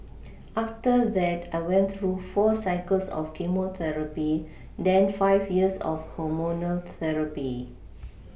after that I went through four cycles of chemotherapy then five years of hormonal therapy